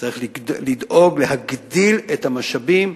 צריך לדאוג להגדלת המשאבים,